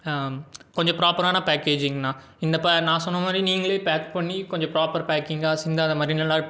கொஞ்சம் ப்ராப்பரான பேக்கேஜிங்காணா இந்த நான் சொன்ன மாதிரி நீங்கள் பேக் பண்ணி கொஞ்சம் ப்ராப்பர் பேக்கிங்காக சிந்தாத மாதிரி